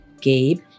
Gabe